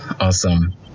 awesome